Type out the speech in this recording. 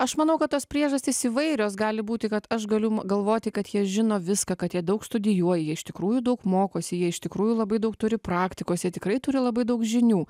aš manau kad tos priežastys įvairios gali būti kad aš galiu m galvoti kad jie žino viską kad jie daug studijuoja jie iš tikrųjų daug mokosi jie iš tikrųjų labai daug turi praktikos jie tikrai turi labai daug žinių